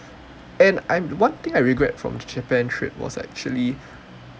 and I'm one thing I regret from japan trip was actually